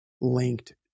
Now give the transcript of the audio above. linked